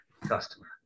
customer